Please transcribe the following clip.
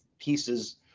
pieces